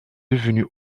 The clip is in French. devenus